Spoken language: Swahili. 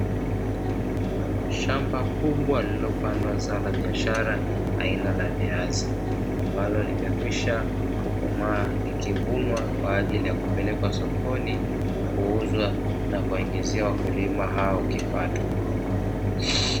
Shamba kubwa lililo pandwa zao kubwa la biashara aina ya la viazi, ambalo limeshakwisha kukomaa likivunwa na kupelekwa sokoni kuuzwa na kuwaingizia wakulima hao kipato.